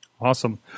awesome